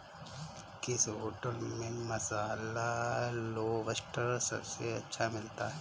किस होटल में मसाला लोबस्टर सबसे अच्छा मिलता है?